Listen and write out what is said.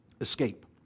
Escape